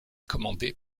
commandée